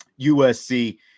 USC